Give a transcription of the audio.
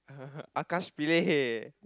Akash-Pillay